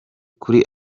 kuri